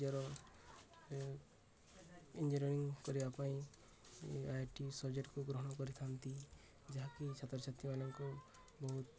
ନିଜର ଇଞ୍ଜିନିୟରିଂ କରିବା ପାଇଁ ଆଇଆଇଟି ସବଜେକ୍ଟକୁ ଗ୍ରହଣ କରିଥାନ୍ତି ଯାହାକି ଛାତ୍ରଛାତ୍ରୀମାନଙ୍କୁ ବହୁତ